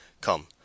Come